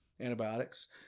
antibiotics